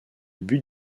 but